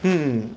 hmm